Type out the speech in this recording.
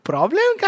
Problem